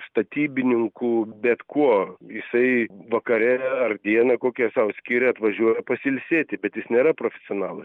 statybininku bet kuo jisai vakare ar dieną kokią sau skiria atvažiuoja pasiilsėti bet jis nėra profesionalas